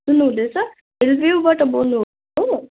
सुन्नु हुँदैछ हिलभ्यूबाट बोल्नु भएको